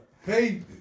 Hey